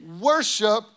Worship